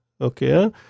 Okay